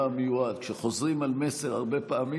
המיועד: כשחוזרים על מסר הרבה פעמים,